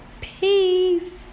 peace